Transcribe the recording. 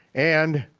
and